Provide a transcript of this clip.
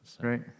Right